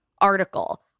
Article